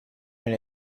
and